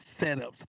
setups